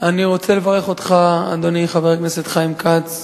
אני רוצה לברך אותך, אדוני חבר הכנסת חיים כץ,